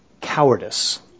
cowardice